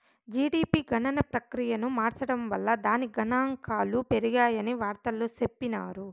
GDP గణన ప్రక్రియను మార్సడం వల్ల దాని గనాంకాలు పెరిగాయని వార్తల్లో చెప్పిన్నారు